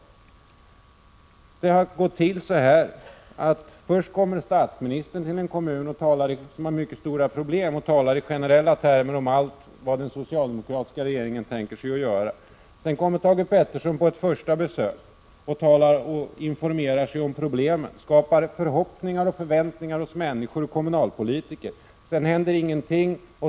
Er politik har ju faktiskt fungerat på följande sätt. Först kommer statsministern till en kommun som har mycket stora problem och talar i generella termer om allt vad den socialdemokratiska regeringen tänker sig att göra. Sedan kommer Thage Peterson på ett första besök och informerar sig om problemen och skapar förhoppningar och förväntningar hos människor och kommunalpolitiker. Sedan händer ingenting.